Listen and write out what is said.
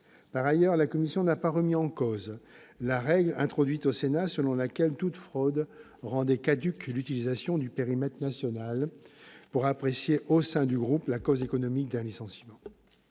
Par ailleurs, la commission mixte paritaire n'a pas remis en cause la règle introduite au Sénat selon laquelle toute fraude rendait caduque l'utilisation d'un périmètre national pour apprécier, au sein d'un groupe, la cause économique d'un licenciement.